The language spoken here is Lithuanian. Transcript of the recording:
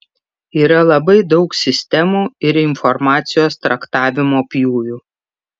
yra labai daug sistemų ir informacijos traktavimo pjūvių